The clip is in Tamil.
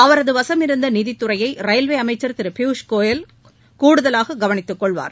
அவரது வசமிருந்த நிதித்துறையை ரயில்வே அமைச்சர் திரு பியூஷ் கோயல் கூடுதலாக கவனித்து கொள்வார்